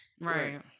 Right